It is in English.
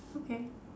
okay